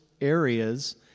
areas